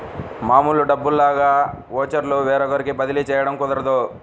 మామూలు డబ్బుల్లాగా ఓచర్లు వేరొకరికి బదిలీ చేయడం కుదరదు